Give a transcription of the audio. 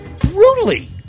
brutally